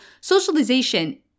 socialization